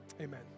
Amen